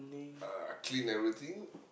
uh clean everything